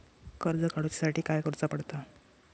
कर्ज काडूच्या साठी काय करुचा पडता?